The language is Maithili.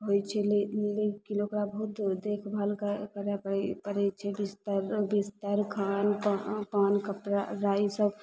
होइ छै ई नहि छै ओकरा बहुत देखभाल करए करए पड़ै छै की सबदिन आरो खान खानपान कपड़ा गाड़ी इसब